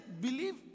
believe